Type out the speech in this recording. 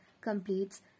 completes